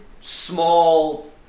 small